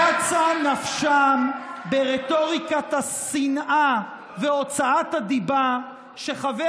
קצה נפשם ברטוריקת השנאה והוצאת הדיבה שחבר